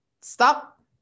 Stop